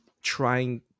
trying